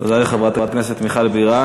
תודה לחברת הכנסת מיכל בירן.